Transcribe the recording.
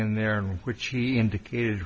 in there in which he indicated